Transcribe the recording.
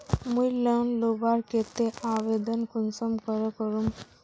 मुई लोन लुबार केते आवेदन कुंसम करे करूम?